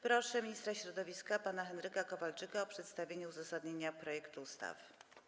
Proszę ministra środowiska pana Henryka Kowalczyka o przedstawienie uzasadnienia projektu ustawy.